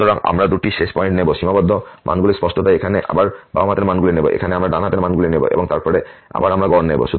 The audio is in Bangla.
সুতরাং আমরা দুটি শেষ পয়েন্ট নেব সীমাবদ্ধ মানগুলি স্পষ্টতই এখানে আমরা বাম হাতের মানগুলি নেব এখানে আমরা ডান হাতের মানগুলি নেব এবং তারপরে আবার আমরা গড় নেব